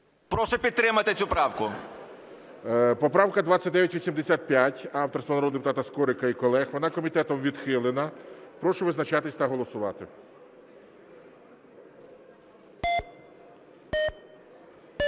Прошу підтримати цю правку. ГОЛОВУЮЧИЙ. Поправка 2985 авторства народного депутата Скорика і колег. Вона комітетом відхилена. Прошу визначатися та голосувати.